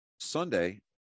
Sunday